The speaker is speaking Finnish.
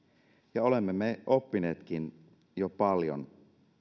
ja olemme me oppineetkin jo paljon